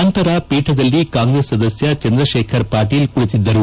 ನಂತರ ಪೀಠದಲ್ಲಿ ಕಾಂಗ್ರೆಸ್ ಸದಸ್ಯ ಚಂದ್ರಶೇಖರ್ ಪಾಟೀಲ್ ಕುಳಿತಿದ್ದರು